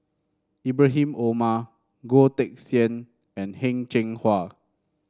Ibrahim Omar Goh Teck Sian and Heng Cheng Hwa